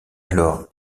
alors